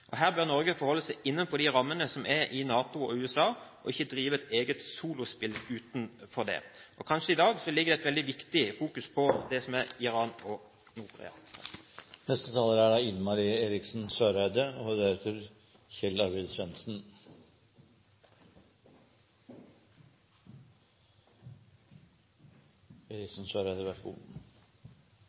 nedbyggingen. Her bør Norge holde seg innenfor rammene til NATO og USA, og ikke drive et eget solospill utenfor disse. I dag er det kanskje veldig viktig å fokusere på Iran og Nord-Korea. Interpellanten tar opp et viktig og